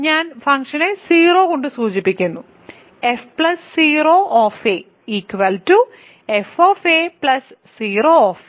ഞാൻ ഫംഗ്ഷനെ 0 കൊണ്ട് സൂചിപ്പിക്കുന്നു f0 f 0 f